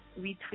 retweet